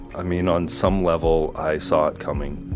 i mean, on some level, i saw it coming.